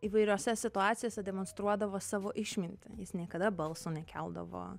įvairiose situacijose demonstruodavo savo išmintį jis niekada balso nekeldavo